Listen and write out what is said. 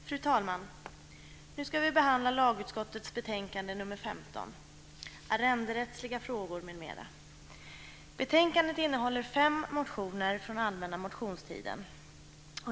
Fru talman! Nu ska vi behandla lagutskottets betänkande 15 Arrenderättsliga frågor, m.m. Betänkandet innehåller fem motioner från allmänna motionstiden.